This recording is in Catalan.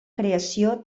creació